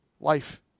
life